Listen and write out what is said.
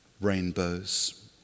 rainbows